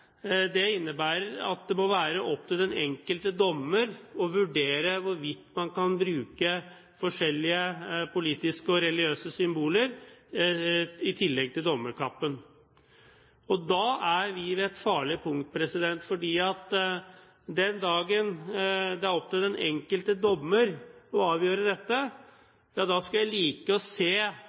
domstolene, innebærer det at det må være opp til den enkelte dommer å vurdere hvorvidt man kan bruke forskjellige politiske og religiøse symboler i tillegg til dommerkappen. Da er vi ved et farlig punkt. Den dagen det er opp til den enkelte dommer å avgjøre dette, skulle jeg like å se hva flertallet i denne salen og